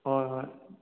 ꯍꯣꯏ ꯍꯣꯏ